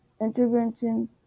intervention